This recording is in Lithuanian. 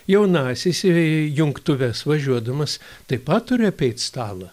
jaunasis į jungtuves važiuodamas taip pat turi apeit stalą